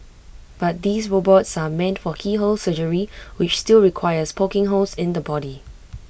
but these robots are meant for keyhole surgery which still requires poking holes in the body